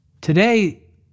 Today